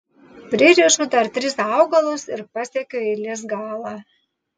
pririšu dar tris augalus ir pasiekiu eilės galą